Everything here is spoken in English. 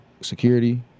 security